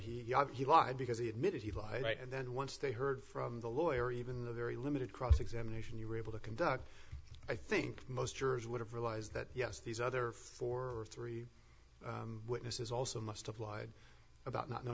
he he lied because he admitted he lied and then once they heard from the lawyer even the very limited cross examination you were able to conduct i think most jurors would have realized that yes these other forty three witnesses also must have lied about not know